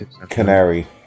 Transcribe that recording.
Canary